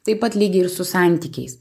taip pat lygiai ir su santykiais